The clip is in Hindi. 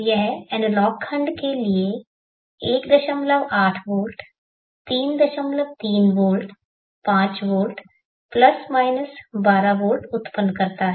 यह एनालॉग खंड के लिए यहां 18 वोल्ट 33 वोल्ट 5 वोल्ट ±12 वोल्ट उत्पन्न करता है